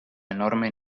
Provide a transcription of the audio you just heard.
enorme